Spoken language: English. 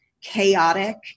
chaotic